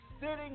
sitting